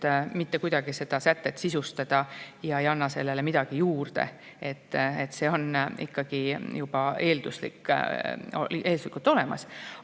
mitte kuidagi seda sätet sisustada ega anna sellele midagi juurde. See on ikkagi juba eelduslikult olemas.